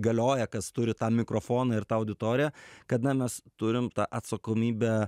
galioja kas turi tą mikrofoną ir tą auditoriją kada mes turim tą atsakomybę